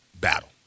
battle